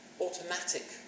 automatic